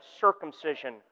circumcision